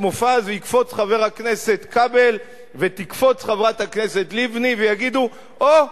מופז ויקפוץ חבר הכנסת כבל ותקפוץ חברת הכנסת לבני ויגידו: או,